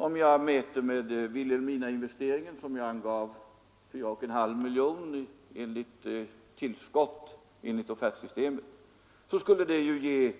Om jag mäter med ledning av Vilhelminainvesteringen — som jag angav var det där 4,5 miljoner kronor i tillskott enligt offertsystemet — så skulle det ge